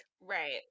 Right